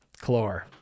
Chlor